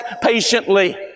patiently